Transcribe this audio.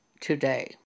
today